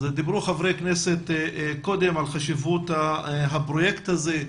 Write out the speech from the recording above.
דיברו חברי הכנסת קודם על חשיבות הפרויקט הזה.